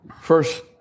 first